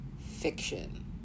Fiction